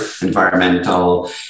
environmental